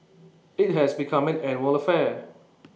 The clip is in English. IT has become an annual affair